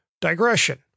digression